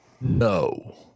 No